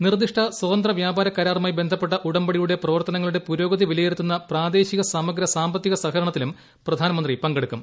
നിർദ്ദിഷ്ട് സ്പത്ന്ത്ര വ്യാപാര കരാറുമായി ബന്ധപ്പെട്ട ഉടമ്പടിയുടെട്ടു പ്രവർത്തനങ്ങളുടെ പുരോഗതി വിലയിരുത്തുന്ന പ്രൊദേശിക സമഗ്ര സാമ്പത്തിക സഹകരണത്തിലും പ്രധാനമന്ത്രി പങ്കെടുക്കും